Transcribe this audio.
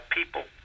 people